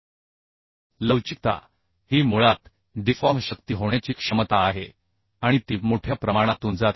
ductility ही मुळात deform शक्ती होण्याची क्षमता आहे आणि ती मोठ्या प्रमाणातून जाते